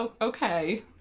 okay